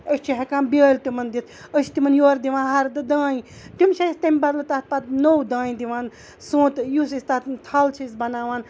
أسۍ چھِ ہیٚکان بیٲلۍ تِمَن دِتھ أسۍ چھِ تِمَن یورٕ دِوان ہردٕ دانہِ تِم چھِ اَسہِ تمہِ بدلہٕ تَتھ پتہٕ نوٚو دانہِ دِوان سونٛتہٕ یُس أسۍ تَتھ تھَل چھِ أسۍ بَناوان